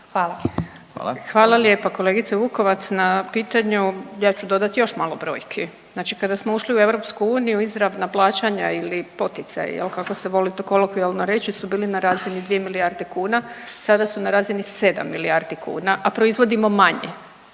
Hvala lijepa kolegice Vukovac na pitanju. Ja ću dodat još malo brojki, znači kada smo ušli u EU izravna plaćanja ili poticaji jel kako se voli to kolokvijalno reći su bili na razini dvije milijarde kuna, sada su na razini sedam milijardi kuna, a proizvodimo manje.